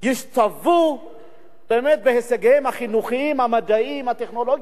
ישתוו בהישגיהם החינוכיים, המדעיים, הטכנולוגיים,